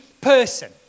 person